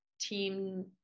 team